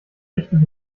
richtig